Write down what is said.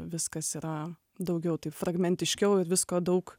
viskas yra daugiau taip fragmentiškiau ir visko daug